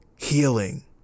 healing